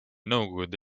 nõukogude